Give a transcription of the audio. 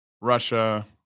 Russia